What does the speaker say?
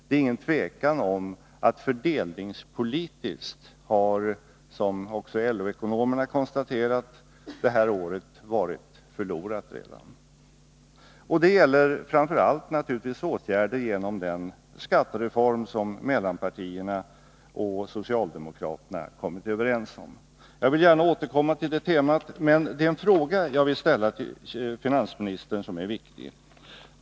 Det är ingen tvekan om -— vilket också LO-ekonomerna konstaterat — att fördelningspolitiskt är detta år redan förlorat. Det gäller naturligtvis framför allt åtgärder i anslutning till den skattereform som mellanpartierna och socialdemokraterna kommit överens om. Jag vill gärna återkomma till det temat, men det är en fråga jag vill ställa till finansministern, och den är viktig.